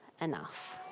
enough